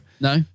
No